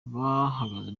bahagaze